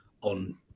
on